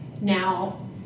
now